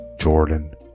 Jordan